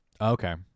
Okay